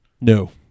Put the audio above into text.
No